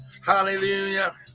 Hallelujah